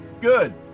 Good